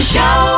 Show